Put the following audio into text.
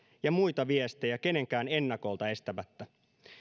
ja muita viestejä kenenkään ennakolta estämättä